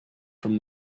from